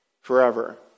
forever